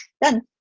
Done